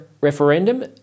referendum